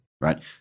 right